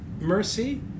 mercy